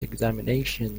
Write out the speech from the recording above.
examination